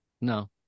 No